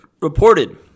reported